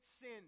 sin